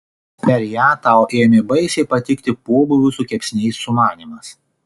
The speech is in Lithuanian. per ją tau ėmė baisiai patikti pobūvių su kepsniais sumanymas